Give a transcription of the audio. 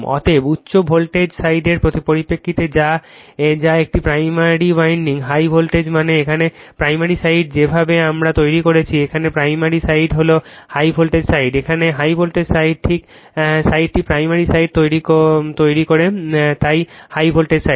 অতএব উচ্চ ভোল্টেজ সাইডের পরিপ্রেক্ষিতে যা একটি প্রাইমারি ওয়াইন্ডিং হাই ভোল্টেজ মানে এখানে প্রাইমারি সাইড যেভাবে আমরা তৈরি করেছি এখানে প্রাইমারি সাইড হল হাই ভোল্টেজ সাইড এখানে হাই ভোল্টেজ সাইড ঠিক এই সাইডটি প্রাইমারি সাইড তৈরি করে তাই হাই ভোল্টেজ সাইড